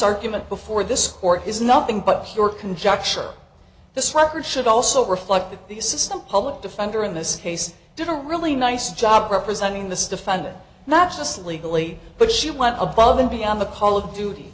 argument before this court is nothing but pure conjecture this record should also reflect the assistant public defender in this case did a really nice job representing this defendant not just legally but she went above and beyond the call of duty